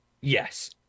Yes